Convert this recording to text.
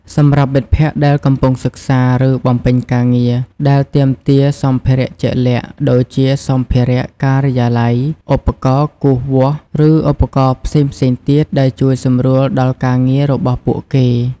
សម្រាប់មិត្តភក្តិដែលកំពុងសិក្សា ឬបំពេញការងារដែលទាមទារសម្ភារៈជាក់លាក់ ដូចជាសម្ភារៈការិយាល័យ ឧបករណ៍គូសវាស់ ឬឧបករណ៍ផ្សេងៗទៀតដែលជួយសម្រួលដល់ការងាររបស់ពួកគេ។